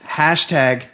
hashtag